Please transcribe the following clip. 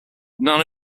none